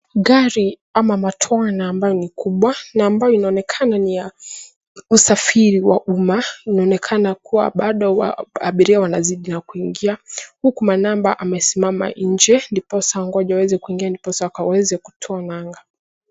Gari ama matwana ambayo ni kubwa na ambayo inaonekana ni ya usafiri wa umma, linaonekana kuwa bado abiria wanazidi kuingia huku manamba amesimama nje ndiposa waweze kuingia ndiposa waweze kutoa nanga.